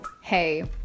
hey